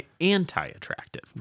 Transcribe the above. anti-attractive